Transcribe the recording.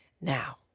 Now